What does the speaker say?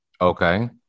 Okay